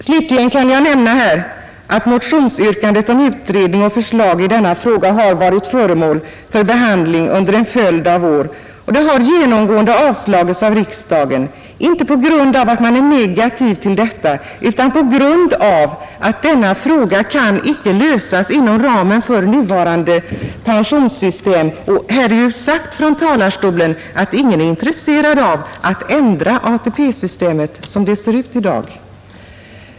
Slutligen vill jag erinra om att motionsyrkandet om utredning och förslag i denna fråga har varit föremål för behandling under en följd av år men genomgående avslagits av riksdagen, inte på grund av att man är negativt inställd till detta utan på grund av att denna fråga icke kan lösas inom ramen för nuvarande pensionssystem. Det har också sagts från denna talarstol att ingen är intresserad av att ändra ATP-systemet som det ser ut i dag.